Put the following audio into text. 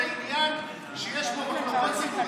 זה עניין שיש בו עמותות ציבוריות של מיסיונרים,